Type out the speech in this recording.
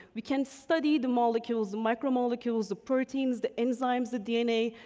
we can study the molecules, the micro-molecules, the proteins, the enzymes, the dna,